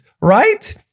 right